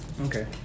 okay